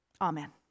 Amen